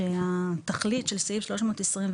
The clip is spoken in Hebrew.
שהתכלית של סעיף 324,